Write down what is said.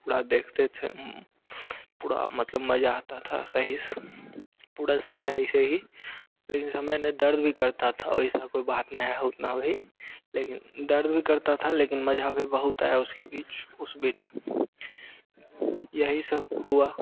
पूरा देखते थे पूरा मतलब मज़ा आता था सही पूरा समय ऐसे ही लेकिन समय में दर्द भी करता था ऐसा कोई बात नहीं उतना भी लेकिन दर्द भी करता था लेकिन मज़ा भी बहुत आया उसके बीच उस बीच यही सब हुआ